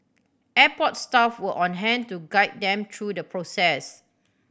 airport staff were on hand to guide them true the process